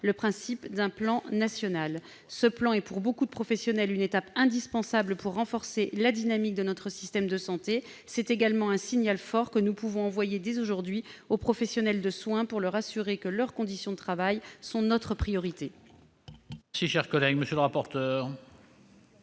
le principe d'un plan national. Ce plan est, pour beaucoup de professionnels, une étape indispensable pour renforcer la dynamique de notre système de santé. C'est également un signal fort que nous pouvons envoyer dès aujourd'hui aux professionnels de soins pour leur assurer que leurs conditions de travail sont notre priorité.